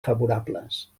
favorables